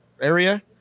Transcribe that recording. area